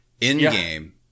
In-game